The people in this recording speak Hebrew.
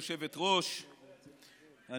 גברתי היושבת-ראש,